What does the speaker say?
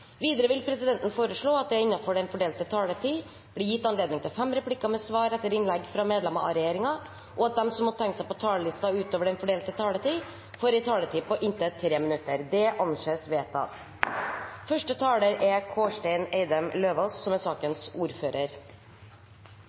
Videre vil presidenten foreslå at det – innenfor den fordelte taletid – blir gitt anledning til inntil fem replikker med svar etter innlegg fra medlemmer av regjeringen, og at de som måtte tegne seg på talerlisten utover den fordelte taletid, får en taletid på inntil 3 minutter. – Det anses vedtatt. Som